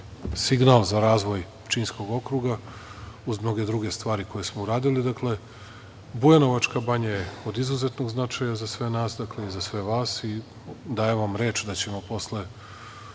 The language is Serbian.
signal za razvoj Pčinjskog okruga uz mnoge druge stvari koje smo uradili. Bujanovačka banja je od izuzetnog značaja za sve nas i za sve vas i dajem vam reč da ćemo posle